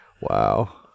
Wow